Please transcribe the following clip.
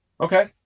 Okay